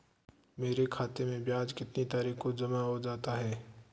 मेरे खाते में ब्याज कितनी तारीख को जमा हो जाता है?